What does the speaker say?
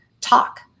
talk